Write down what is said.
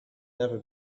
never